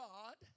God